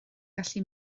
gallu